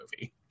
movie